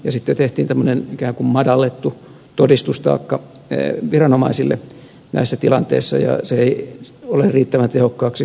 sitten tehtiin tämmöinen ikään kuin madallettu todistustaakka viranomaisille näissä tilanteissa ja se ei ole käytännössä osoittautunut riittävän tehokkaaksi